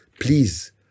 Please